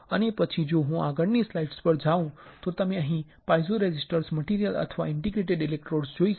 અને પછી જો હું આગળની સ્લાઇડ પર જાઉં તો તમે અહીં પાઇઝોરેઝિસ્ટીવ મટિરિયલ અથવા ઇન્ટરડિજિટેટેડ ઇલેક્ટ્રોડ્સ જોઈ શકો છો